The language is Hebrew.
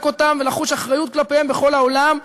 אותם ולחוש אחריות כלפיהם בכל העולם,